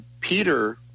peter